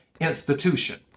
institution